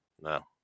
No